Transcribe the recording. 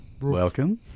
welcome